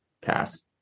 pass